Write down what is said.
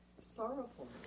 sorrowful